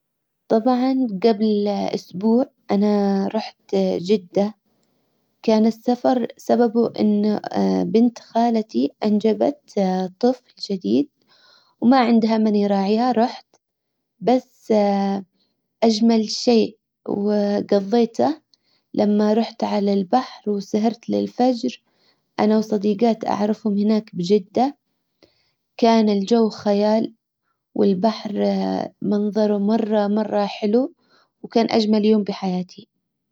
طبعا جبل اسبوع انا رحت جدة كان السفر سببه إن بنت خالتي انجبت طفل جديد وما عندها من يراعيها رحت بس اجمل شيء وقظيته لما رحت على البحر وسهرت للفجر انا وصديجات اعرفهم هناك بجدة كان الجو خيال والبحرمنظره مرة مرة حلو وكان اجمل يوم بحياتي.